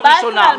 שאלה,